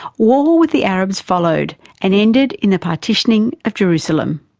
war with the arabs followed and ended in the partitioning of jerusalem.